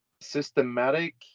systematic